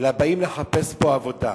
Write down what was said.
אלא באים לחפש פה עבודה,